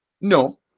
No